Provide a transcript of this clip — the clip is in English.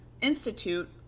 Institute